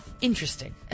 Interesting